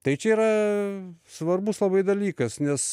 tai čia yra svarbus dalykas nes